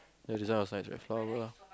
ya this one was like to have flower